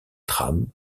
tram